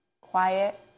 quiet